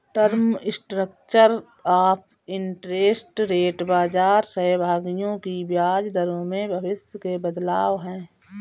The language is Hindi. term structure of interest rate बाजार सहभागियों की ब्याज दरों में भविष्य के बदलाव है